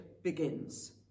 begins